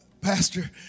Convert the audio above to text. Pastor